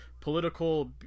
political